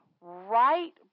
right